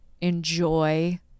enjoy